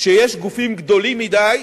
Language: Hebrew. כשיש גופים גדולים מדי,